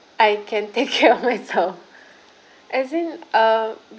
I can take care of myself as in um